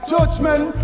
Judgment